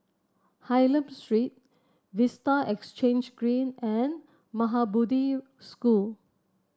Hylam Street Vista Exhange Green and Maha Bodhi School